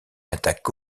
attaque